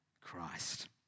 Christ